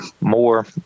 more